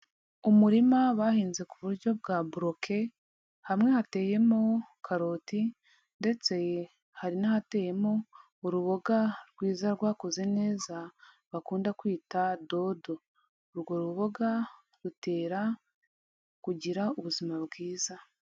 Umurima bahinze ku buryo bwa boroke, hamwe hateyemo karoti ndetse hari n'ahateyemo uruboga rwiza rwakuze neza bakunda kwita dodo, urwo ruboga rutera kugira ubuzima bwiza.